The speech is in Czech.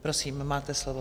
Prosím, máte slovo.